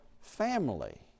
family